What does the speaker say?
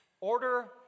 Order